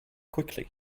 quickly